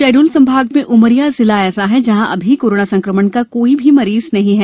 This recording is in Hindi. शहडोल संभाग में उमरिया जिला ऐसा है जहां अभी कोरोना संकमण का कोई भी मरीज नहीं है